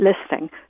listing